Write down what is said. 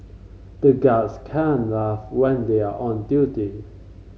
the guards can't laugh when they are on duty